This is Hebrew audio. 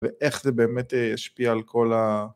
ואיך זה באמת ישפיע על כל ה...